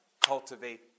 Cultivate